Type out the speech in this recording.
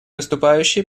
выступающий